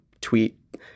tweet